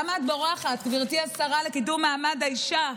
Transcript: למה את בורחת, גברתי השרה לקידום מעמד האישה?